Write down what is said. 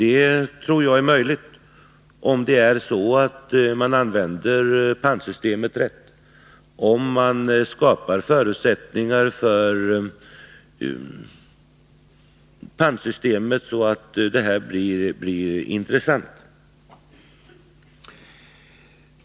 Det tror jag är möjligt om det är så att man använder pantsystemet rätt och skapar sådana förutsättningar för systemet att det blir intressant.